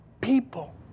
people